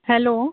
hello